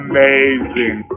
Amazing